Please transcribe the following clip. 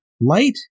light